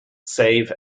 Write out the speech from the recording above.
save